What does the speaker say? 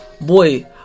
boy